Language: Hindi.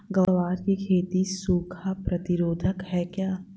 ग्वार की खेती सूखा प्रतीरोधक है क्या?